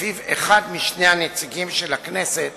שלפיו אחד משני הנציגים של הכנסת